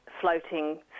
floating